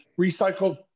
recycled